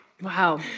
Wow